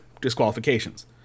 disqualifications